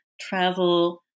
travel